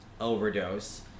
overdose